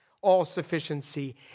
all-sufficiency